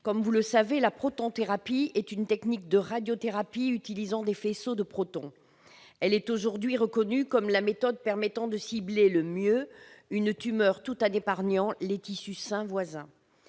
la secrétaire d'État, la protonthérapie est une technique de radiothérapie utilisant des faisceaux de protons. Elle est aujourd'hui reconnue comme la méthode permettant de cibler le mieux une tumeur, tout en épargnant les tissus sains voisins.